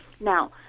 now